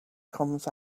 comes